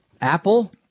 Apple